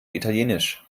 italienisch